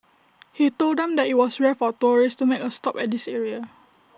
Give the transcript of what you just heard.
he told them that IT was rare for tourists to make A stop at this area